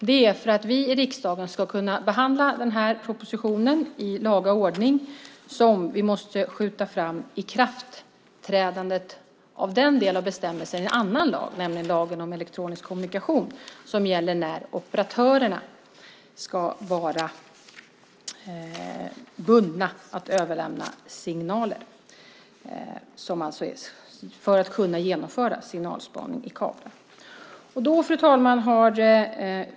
Det är för att vi i riksdagen ska kunna behandla propositionen i laga ordning som vi måste skjuta fram ikraftträdandet av den delen av bestämmelsen i annan lag, nämligen lagen om elektronisk kommunikation som gäller när operatörerna ska vara bundna att överföra signaler för att kunna genomföra signalspaning i kabel. Fru talman!